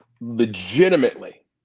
legitimately